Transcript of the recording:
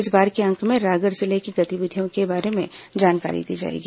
इस बार के अंक में रायगढ़ जिले की गतिविधियों के बारे में जानकारी दी जाएगी